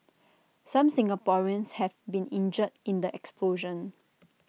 some Singaporeans have been injured in the explosion